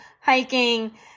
hiking